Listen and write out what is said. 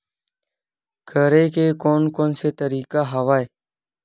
करे के कोन कोन से तरीका हवय?